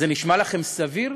זה נשמע לכם סביר?